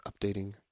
updating